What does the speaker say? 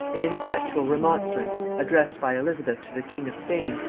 an ineffectual remonstrance, addressed by elizabeth to the king of spain,